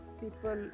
people